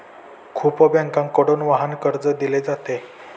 खूप बँकांकडून वाहन कर्ज दिले जाते